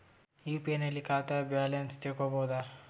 UPI ನಲ್ಲಿ ಖಾತಾ balance ತಿಳಕೊ ಬಹುದಾ?